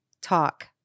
talk